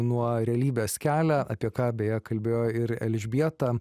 nuo realybės kelią apie ką beje kalbėjo ir elžbieta